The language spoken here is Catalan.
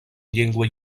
llengua